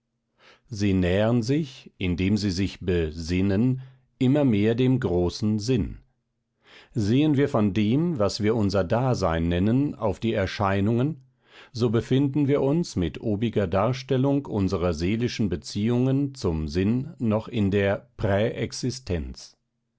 sie nähern sich indem sie sich be sinnen immer mehr dem großen sinn sehen wir von dem was wir unser dasein nennen auf die erscheinungen so befinden wir uns mit obiger darstellung unserer seelischen beziehungen zum sinn noch in der